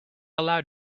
allowed